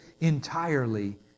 entirely